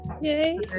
yay